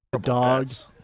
Dogs